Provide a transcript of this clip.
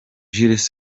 jules